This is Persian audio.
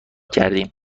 کردیم